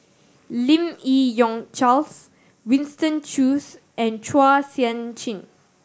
Lim Yi Yong Charles Winston Choos and Chua Sian Chin